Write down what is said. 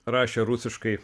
rašė rusiškai